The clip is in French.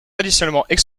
traditionnellement